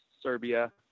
Serbia